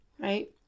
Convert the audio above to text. right